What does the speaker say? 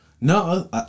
No